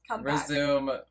resume